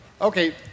Okay